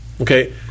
okay